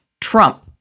Trump